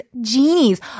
genies